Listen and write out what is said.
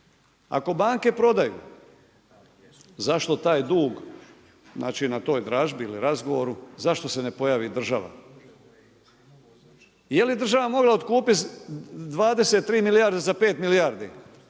Ako banke prodaju, zašto taj dug, znači na toj dražbi ili razgovoru, zašto se ne pojavi država. I je li država morala otkupiti 23 milijarde za 5 milijardi?